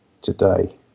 today